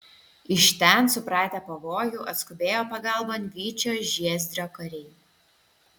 iš ten supratę pavojų atskubėjo pagalbon vyčio žiezdrio kariai